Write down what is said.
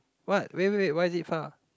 what wait wait wait why is it far